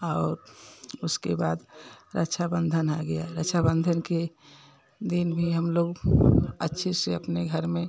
और उसके बाद रक्षाबंधन आ गया रक्षाबंधन के दिन भी हम लोग अच्छे से अपने घर में